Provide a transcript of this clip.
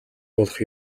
болох